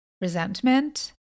resentment